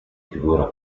figura